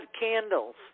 candles